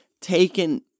taken